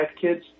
kids